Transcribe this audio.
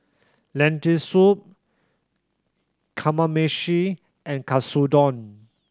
Lentil Soup Kamameshi and Katsudon